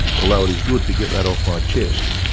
although it is good to get that off my chest.